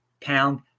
Pound